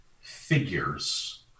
figures